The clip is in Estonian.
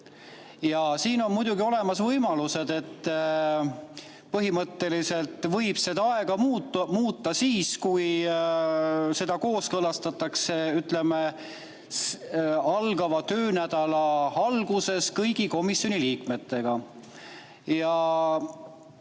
10. Siin on muidugi olemas võimalused, et põhimõtteliselt võib seda aega muuta siis, kui seda kooskõlastatakse, ütleme, algava töönädala alguses kõigi komisjoni liikmetega. Asi